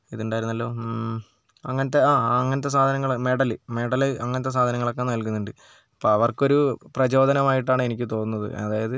ഇത് ഉണ്ടായിരുന്നല്ലോ അങ്ങനത്തെ ആ അങ്ങനത്തെ സാധനങ്ങൾ മെഡല് മെഡല് അങ്ങനത്തെ സാധനങ്ങളൊക്കെ നൽകുന്നുണ്ട് അപ്പോൾ അവർക്കൊരു പ്രചോദനമായിട്ടാണ് എനിക്ക് തോന്നുന്നത് അതായത്